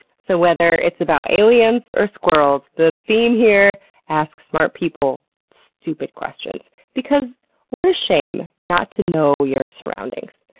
so whether it's about aliens or squirrels, the theme here ask smart people stupid questions, because what a shame not to know your surroundings.